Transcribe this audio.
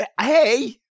Hey